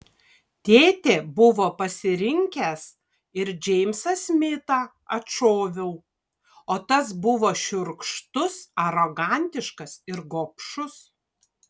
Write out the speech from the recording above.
tėtė buvo pasirinkęs ir džeimsą smitą atšoviau o tas buvo šiurkštus arogantiškas ir gobšus